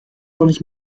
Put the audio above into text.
doch